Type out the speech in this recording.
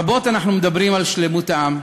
רבות אנחנו מדברים על שלמות העם.